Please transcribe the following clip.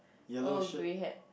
oh grey hat